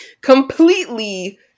completely